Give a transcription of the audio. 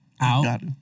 out